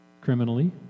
criminally